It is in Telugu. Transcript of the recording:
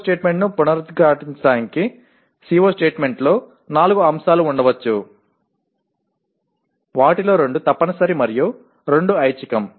CO స్టేట్మెంట్ను పునరుద్ఘాటించడానికి CO స్టేట్మెంట్లో నాలుగు అంశాలు ఉండవచ్చు వాటిలో రెండు తప్పనిసరి మరియు రెండు ఐచ్ఛికం